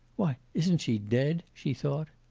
why, isn't she dead she thought.